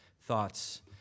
thoughts